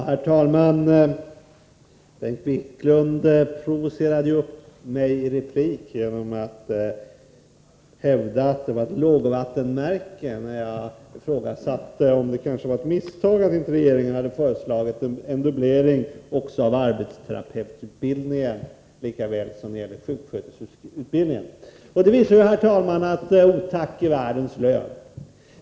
Herr talman! Bengt Wiklund provocerade upp mig i replik genom att hävda att det var ett lågvattenmärke när jag ifrågasatte om det var ett misstag att inte regeringen hade föreslagit en dubblering av arbetsterapeututbildningen lika väl som av sjuksköterskeutbildningen. Det visar, herr talman, att otack är världens lön.